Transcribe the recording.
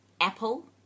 Apple